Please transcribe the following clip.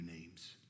names